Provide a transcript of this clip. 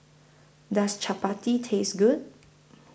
Does Chapati Taste Good